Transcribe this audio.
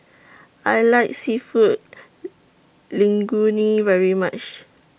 I like Seafood Linguine very much